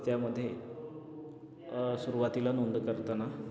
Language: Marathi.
त्यामध्ये सुरुवातीला नोंद करताना